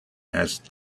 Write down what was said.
asked